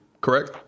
correct